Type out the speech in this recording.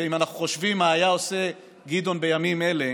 ואם אנחנו חושבים מה היה עושה גדעון בימים אלה,